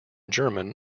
german